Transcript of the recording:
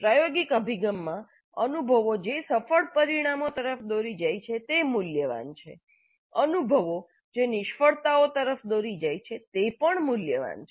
પ્રાયોગિક અભિગમમાં અનુભવો જે સફળ પરિણામો તરફ દોરી જાય છે તે મૂલ્યવાન છે અનુભવો જે નિષ્ફળતાઓ તરફ દોરી જાય છે તે પણ મૂલ્યવાન છે